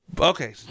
Okay